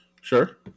Sure